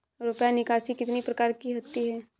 रुपया निकासी कितनी प्रकार की होती है?